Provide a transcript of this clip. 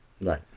Right